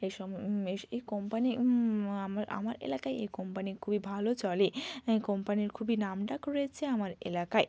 এ সব এই এই কোম্পানি আমার আমার এলাকায় এ কোম্পানি খুবই ভালো চলে এ কোম্পানির খুবই নামডাক রয়েছে আমার এলাকায়